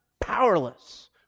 powerless